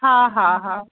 हा हा हा